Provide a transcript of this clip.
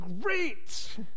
great